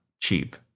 cheap